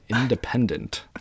independent